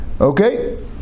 Okay